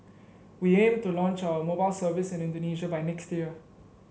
we aim to launch our mobile service in Indonesia by next year